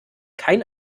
kein